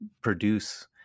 produce